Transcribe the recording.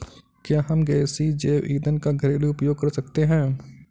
क्या हम गैसीय जैव ईंधन का घरेलू उपयोग कर सकते हैं?